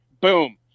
boom